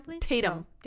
Tatum